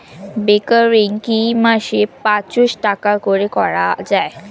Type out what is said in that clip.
Recurring কি মাসে পাঁচশ টাকা করে করা যায়?